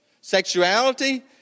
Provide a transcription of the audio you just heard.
sexuality